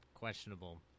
Questionable